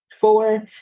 Four